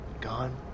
Gone